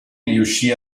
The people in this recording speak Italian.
riuscì